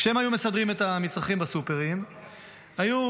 כשהם היו מסדרים את המצרכים בסופרים הם היו